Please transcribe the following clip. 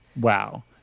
Wow